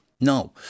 No